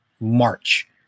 March